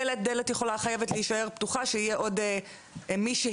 דלת חייבת להישאר פתוחה, שתהיה עוד מישהי.